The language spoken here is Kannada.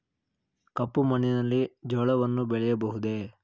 ಕಪ್ಪು ಮಣ್ಣಿನಲ್ಲಿ ಜೋಳವನ್ನು ಬೆಳೆಯಬಹುದೇ?